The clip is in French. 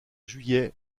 juillet